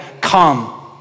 come